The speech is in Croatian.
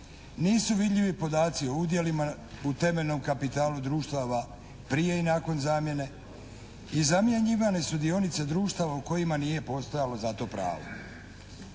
Nisu vidljivi podaci o udjelima u temeljnom kapitalu društava prije i nakon zamjene i zamjenjivane su dionice društava u kojima nije postojalo za to pravo.